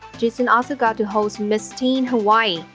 jason also got to host miss teen hawaii,